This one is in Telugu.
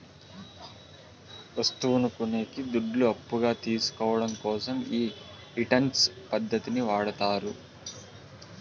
వత్తువును కొనేకి దుడ్లు అప్పుగా తీసుకోవడం కోసం ఈ రిటర్న్స్ పద్ధతిని వాడతారు